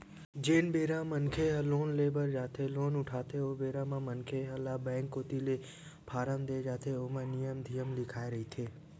जेन बेरा मनखे ह लोन ले बर जाथे लोन उठाथे ओ बेरा म मनखे ल बेंक कोती ले फारम देय जाथे ओमा नियम धियम लिखाए रहिथे